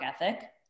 ethic